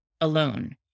alone